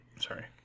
Sorry